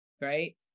Right